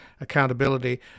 Accountability